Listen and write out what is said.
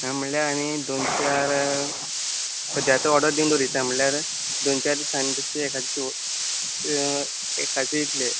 आं म्हणल्या आनी देन चार सद्याक आतां ऑडर दिवन दोरिता म्हणल्यार दोन चार दिसानी तशें एकादें शिव एकादी येत्ले